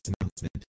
announcement